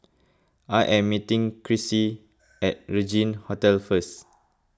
I am meeting Crissy at Regin Hotel first